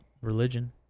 religion